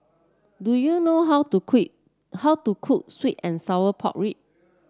do you know how to quick how to cook sweet and Sour Pork Ribs